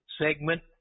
segment